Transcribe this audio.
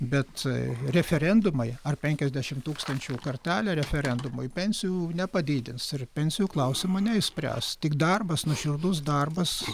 bet referendumai ar penkiasdešimt tūkstančių kartelė referendumui pensijų nepadidins ir pensijų klausimo neišspręs tik darbas nuoširdus darbas